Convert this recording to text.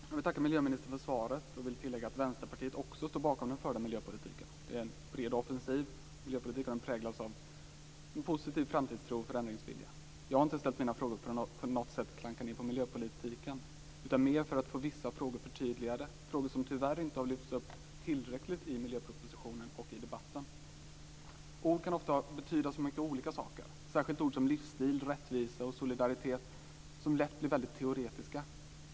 Fru talman! Jag vill tacka miljöministern för svaret. Jag vill tillägga att Vänsterpartiet också står bakom den förda miljöpolitiken. Det är en bred offensiv. Miljöpolitiken präglas av en positiv framtidstro och förändringsvilja. Jag har inte ställt mina frågor för att klanka på miljöpolitiken, utan mer för att få vissa frågor förtydligade - frågor som tyvärr inte har lyfts upp tillräckligt i miljöpropositionen och i debatten. Ord kan betyda många olika saker, särskilt ord som livsstil, rättvisa och solidaritet, som lätt blir väldigt teoretiska.